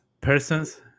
persons